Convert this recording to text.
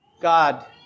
God